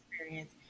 experience